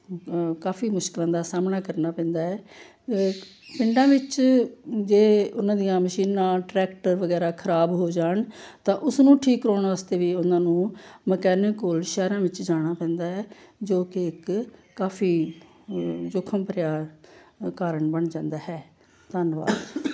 ਕਾਫ਼ੀ ਮੁਸ਼ਕਿਲਾਂ ਦਾ ਸਾਹਮਣਾ ਕਰਨਾ ਪੈਂਦਾ ਹੈ ਪਿੰਡਾਂ ਵਿੱਚ ਜੇ ਉਹਨਾਂ ਦੀਆਂ ਮਸ਼ੀਨਾਂ ਟਰੈਕਟਰ ਵਗੈਰਾ ਖਰਾਬ ਹੋ ਜਾਣ ਤਾਂ ਉਸਨੂੰ ਠੀਕ ਕਰਵਾਉਣ ਵਾਸਤੇ ਵੀ ਉਹਨਾਂ ਨੂੰ ਮਕੈਨਿਕ ਕੋਲ ਸ਼ਹਿਰਾਂ ਵਿੱਚ ਜਾਣਾ ਪੈਂਦਾ ਹੈ ਜੋ ਕਿ ਇੱਕ ਕਾਫ਼ੀ ਜ਼ੋਖਿਮ ਭਰਿਆ ਕਾਰਣ ਬਣ ਜਾਂਦਾ ਹੈ ਧੰਨਵਾਦ